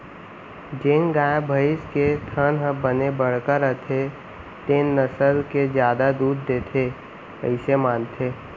जेन गाय, भईंस के थन ह बने बड़का रथे तेन नसल ह जादा दूद देथे अइसे मानथें